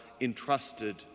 entrusted